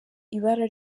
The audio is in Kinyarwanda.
ibara